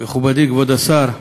מכובדי כבוד השר,